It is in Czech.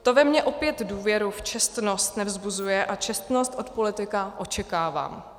To ve mně opět důvěru v čestnost nevzbuzuje, a čestnost od politika očekávám.